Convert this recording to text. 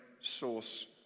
source